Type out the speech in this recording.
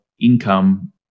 income